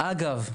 אבל אגב,